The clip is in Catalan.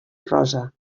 rosa